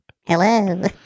Hello